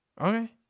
Okay